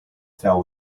fell